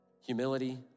Humility